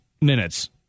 minutes